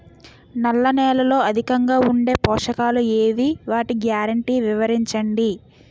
నల్ల నేలలో అధికంగా ఉండే పోషకాలు ఏవి? వాటి గ్యారంటీ వివరించండి?